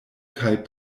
kaj